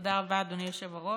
תודה רבה, אדוני היושב-ראש.